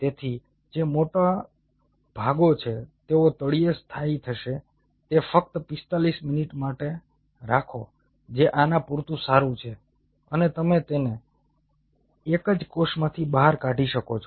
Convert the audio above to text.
તેથી જે મોટા ભાગો છે તેઓ તળિયે સ્થાયી થશે તે ફક્ત 45 મિનિટ માટે રાખો જે આના પૂરતું સારું છે અને તમે તેને એક જ કોષમાંથી બહાર કાઢી શકો છો